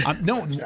No